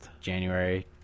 January